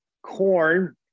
corn